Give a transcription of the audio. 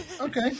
Okay